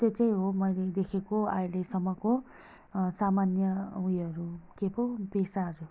त्यो चाहिँ हो मैले देखेको अहिलेसम्मको सामान्य उयोहरू के पो पेसाहरू